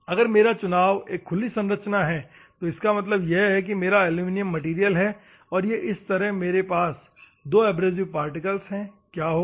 अगर मेरा चुनाव एक खुली संरचना है तो इसका मतलब यह है कि यह मेरा एलुमिनियम मैटेरियल है और इस तरह मेरे पास दो एब्रेसिव पार्टिकल्स है क्या होगा